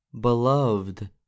Beloved